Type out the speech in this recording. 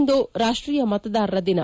ಇಂದು ರಾಷ್ಟೀಯ ಮತದಾರರ ದಿನ